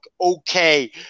okay